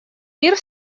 мир